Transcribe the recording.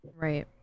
Right